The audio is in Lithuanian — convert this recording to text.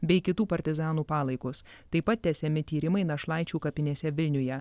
bei kitų partizanų palaikus taip pat tęsiami tyrimai našlaičių kapinėse vilniuje